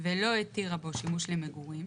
ולא התירה בו שימוש למגורים,